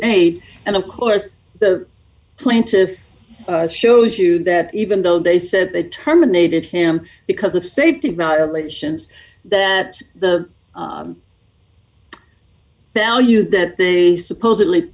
made and of course the plaintiffs shows you that even though they said they terminated him because of safety violations that the value that they supposedly